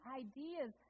ideas